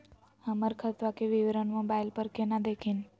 हमर खतवा के विवरण मोबाईल पर केना देखिन?